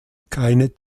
keine